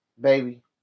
baby